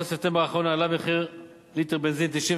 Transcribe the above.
עוד מלה אחת: בחודש ספטמבר האחרון עלה מחיר ליטר בנזין 95